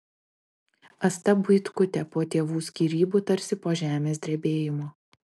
asta buitkutė po tėvų skyrybų tarsi po žemės drebėjimo